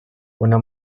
una